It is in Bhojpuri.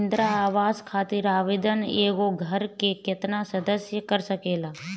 इंदिरा आवास खातिर आवेदन एगो घर के केतना सदस्य कर सकेला?